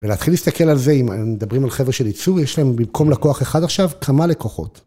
ולהתחיל להסתכל על זה, אם מדברים על חבר'ה של עיצוב, יש להם במקום לקוח אחד עכשיו, כמה לקוחות.